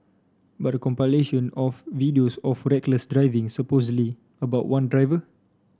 but a compilation of videos of reckless driving supposedly about one driver